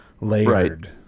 layered